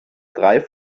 drei